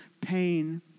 pain